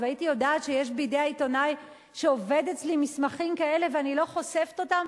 יודעת שיש בידי העיתונאי שעובד אצלי מסמכים כאלה ואני לא חושפת אותם,